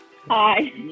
hi